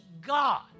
God